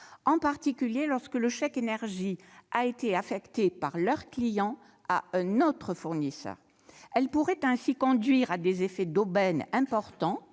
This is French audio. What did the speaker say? en particulier lorsque le chèque énergie a été affecté par leur client à un autre fournisseur. Elle pourrait ainsi conduire à des effets d'aubaine importants